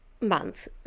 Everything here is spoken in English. month